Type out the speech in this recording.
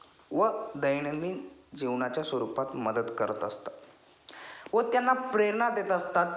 व दैनंदिन जीवनाच्या स्वरूपात मदत करत असतात व त्यांना प्रेरणा देत असतात